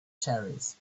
cherries